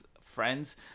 friends